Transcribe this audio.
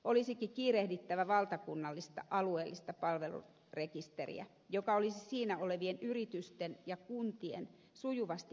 olisikin kiirehdittävä valtakunnallista alueellista palvelurekisteriä joka olisi siinä olevien yritysten ja kuntien sujuvasti päivitettävissä